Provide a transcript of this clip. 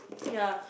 ya